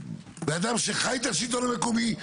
בן אדם שחי את השלטון המקומי,